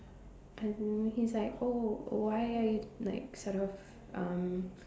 as on he's like oh why are you like sort of um